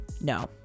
no